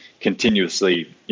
continuously